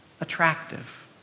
attractive